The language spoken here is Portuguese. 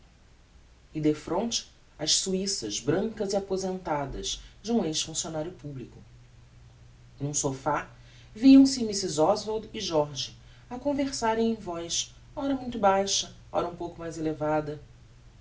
e defronte as suiças brancas e aposentadas de um ex funccionario publico n'um sophá viam-se mrs oswald e jorge a conversarem em voz ora muito baixa ora um pouco mais elevada